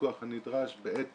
הנדרש בעת